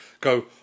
go